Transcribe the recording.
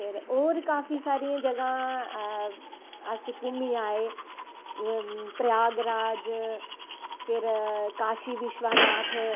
फिर होर काफी सारियां जगांह् अस घूमी आए प्रयागराज फिर काशी विशवनाथ